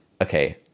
okay